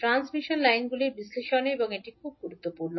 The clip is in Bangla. ট্রান্সমিশন লাইনগুলির বিশ্লেষণে এখন এটি খুব গুরুত্বপূর্ণ